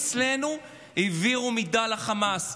אצלנו העבירו מידע לחמאס.